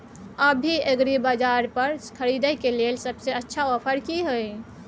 अभी एग्रीबाजार पर खरीदय के लिये सबसे अच्छा ऑफर की हय?